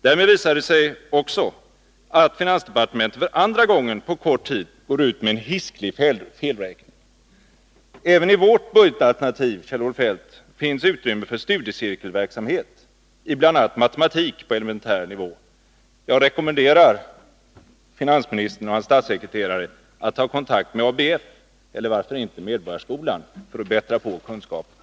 Därmed visar det sig också att finansdepartementet för andra gången på kort tid går ut med en hisklig felräkning. Även i vårt budgetalternativ, Kjell-Olof Feldt, finns det utrymme för studiecirkelverksamhet i bl.a. matematik på elementär nivå. Jag rekommenderar finansministern och hans statssekreterare att ta kontakt med ABF eller varför inte med Medborgarskolan för att bättra på kunskaperna.